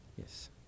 Yes